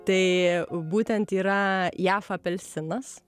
tai būtent yra jav apelsinas